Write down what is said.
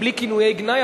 בלי כינויי גנאי,